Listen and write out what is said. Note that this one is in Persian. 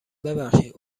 ببخشید